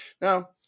Now